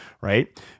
Right